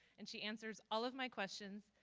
and she answers all of my questions.